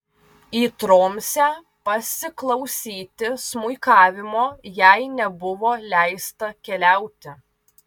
į tromsę pasiklausyti smuikavimo jai nebuvo leista keliauti